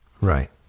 Right